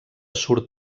surt